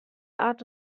art